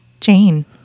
Jane